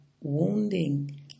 wounding